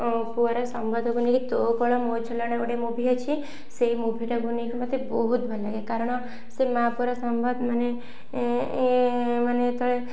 ପୁଅର ସମ୍ବନ୍ଧକୁ ନେଇ ତୋ କୋଳ ମୋ ଝୁଲଣା ଗୋଟେ ମୁଭି ଅଛି ସେଇ ମୁଭିଟାକୁ ନେଇକି ମୋତେ ବହୁତ ଭଲ ଲାଗେ କାରଣ ସେ ମାଆ ପୁଅର ସମ୍ବନ୍ଧ ମାନେ ମାନେ ଯେତେବେଳେ